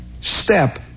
step